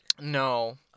No